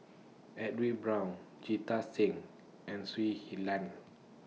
Edwin Brown Jita Singh and Shui He Lan